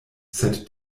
sed